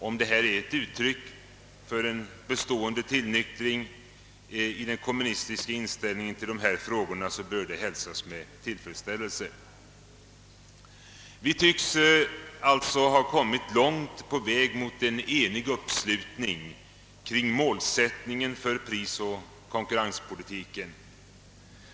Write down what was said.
Om detta är ett uttryck för en bestående tillnyktring i den kommunistiska inställningen till dessa frågor, bör det hälsas med tillfredsställelse. Vi tycks alltså ha kommit långt på väg mot en allmän uppslutning kring målsättningen för prisoch konkurrenspolitiken.